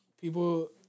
people